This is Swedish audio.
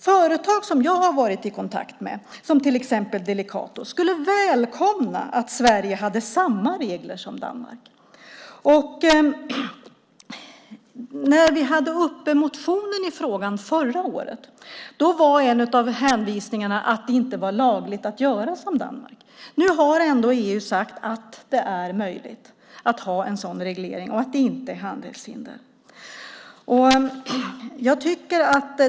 Företag som jag har varit i kontakt med, till exempel Delicato, skulle välkomna att Sverige hade samma regler som Danmark. När vi förra året hade uppe en motion i frågan var en av hänvisningarna att det inte var lagligt att göra som Danmark. Nu har ändå EU sagt att det är möjligt att ha en sådan reglering och att det inte är ett handelshinder.